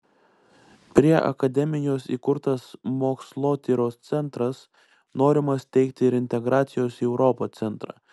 prie akademijos įkurtas mokslotyros centras norima steigti ir integracijos į europą centrą